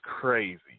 crazy